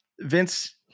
Vince